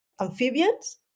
amphibians